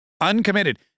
Uncommitted